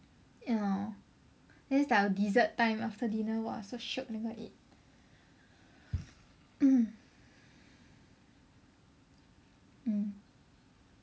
orh then it's like our dessert time after dinner !wah! so shiok that's why eat mm